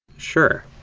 sure.